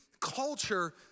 culture